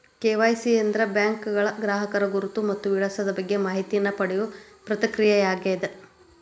KYC ಅಂದ್ರ ಬ್ಯಾಂಕ್ಗಳ ಗ್ರಾಹಕರ ಗುರುತು ಮತ್ತ ವಿಳಾಸದ ಬಗ್ಗೆ ಮಾಹಿತಿನ ಪಡಿಯೋ ಪ್ರಕ್ರಿಯೆಯಾಗ್ಯದ